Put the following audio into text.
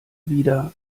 wieder